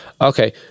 Okay